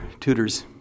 tutors